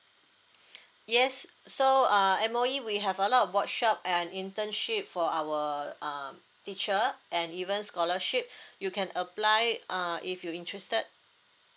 yes so uh M_O_E we have a lot of workshop and internship for our uh teacher and even scholarship you can apply uh if you interested